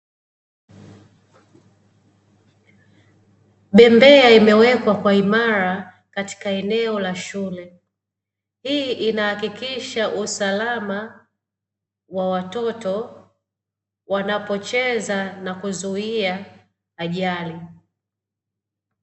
Bembea imewekwa kwa imara katika eneo la shule, hii inahakikisha usalama wa watoto wanapocheza na kuzuia ajali.